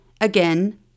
Again